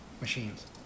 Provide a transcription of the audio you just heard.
machines